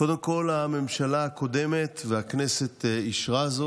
קודם כול, הממשלה הקודמת, הכנסת אישרה זאת,